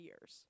years